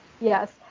yes